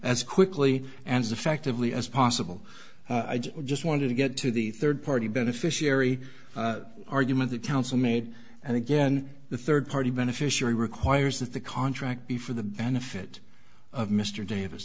as quickly and as effectively as possible i just want to get to the rd party beneficiary argument that council made and again the rd party beneficiary requires that the contract be for the benefit of mr davis